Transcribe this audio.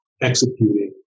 executing